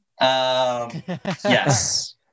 yes